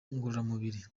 ngororamubiri